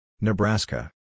Nebraska